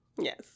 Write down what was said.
Yes